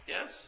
Yes